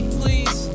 please